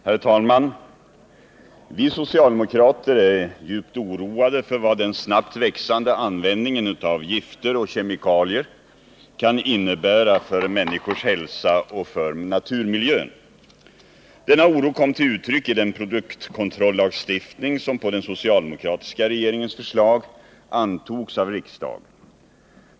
Herr talman! Vi socialdemokrater är djupt oroade för vad den snabbt växande användningen av gifter och kemikalier kan innebära för människors hälsa och för naturmiljön. Denna oro kom till uttryck i den produktkontrolllagstiftning som på den socialdemokratiska regeringens förslag antogs av riksdagen.